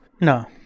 No